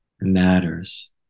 matters